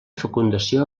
fecundació